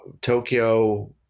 Tokyo